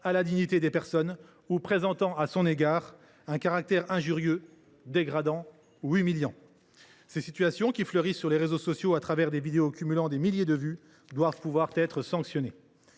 à la dignité d’une personne ou présentant à son égard un caractère injurieux, dégradant ou humiliant. Ces situations qui fleurissent sur les réseaux sociaux des vidéos cumulant des milliers de vues doivent pouvoir être sanctionnées.